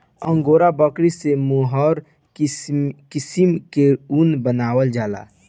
angora बकरी से mohair किसिम के ऊन बनावल जाला